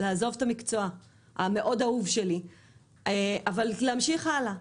לעזוב את המקצוע האהוב מאוד שלי אבל להמשיך הלאה.